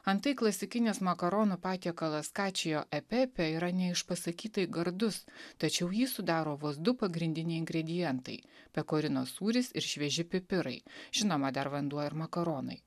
antai klasikinis makaronų patiekalas kačijo e pepe yra neišpasakytai gardus tačiau jį sudaro vos du pagrindiniai ingredientai pekorino sūris ir švieži pipirai žinoma dar vanduo ir makaronai